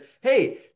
hey